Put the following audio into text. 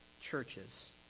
churches